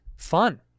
fun